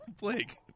Blake